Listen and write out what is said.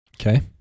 Okay